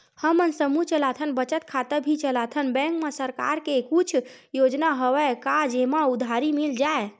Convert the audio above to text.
हमन समूह चलाथन बचत खाता भी चलाथन बैंक मा सरकार के कुछ योजना हवय का जेमा उधारी मिल जाय?